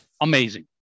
Amazing